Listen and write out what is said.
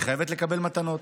והיא חייבת לקבל מתנות.